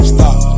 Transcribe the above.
Stop